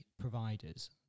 providers